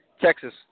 Texas